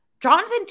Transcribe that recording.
Jonathan